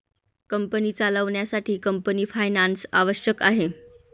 company चालवण्यासाठी company finance आवश्यक आहे